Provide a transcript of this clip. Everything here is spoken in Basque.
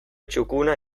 txukuna